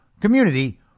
community